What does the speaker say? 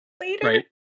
later